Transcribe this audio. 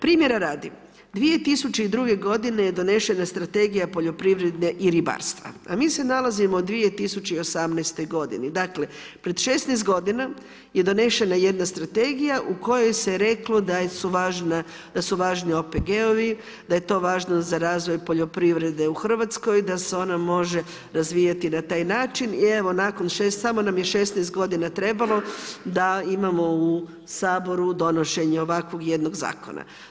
Primjera radi, 2002. g. je donešena strategije poljoprivredne i ribarstva, a mi se nalazimo u 2018. g. dakle, pred 16 g. je donešena jedna strategija u kojoj se reklo da su važni OPG-ovi, da je to važno za razvoj poljoprivrede u Hrvatskoj, da se ona može razvijati na taj način i evo, nakon, samo nam je 16 g. trebalo da imamo u Saboru donošenje ovakvog jednog zakona.